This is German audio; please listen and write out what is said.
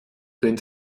wenn